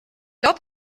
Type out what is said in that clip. dass